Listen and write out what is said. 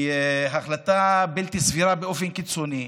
החלטה בלתי סבירה באופן קיצוני,